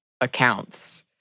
accounts